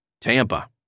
Tampa